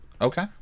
Okay